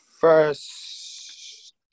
First